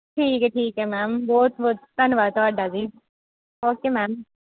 ਠੀਕ ਹੈ ਠੀਕ ਹੈ ਮੈਮ ਬਹੁਤ ਬਹੁਤ ਧੰਨਵਾਦ ਤੁਹਾਡਾ ਜੀ ਓਕੇ ਮੈਮ